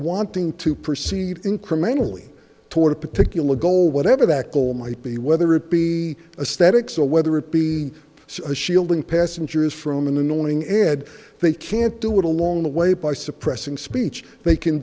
wanting to proceed incrementally toward a particular goal whatever that goal might be whether it be a static so whether it be a shielding passengers from an annoying ed they can't do it along the way by suppressing speech they can